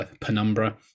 penumbra